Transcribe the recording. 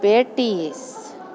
patties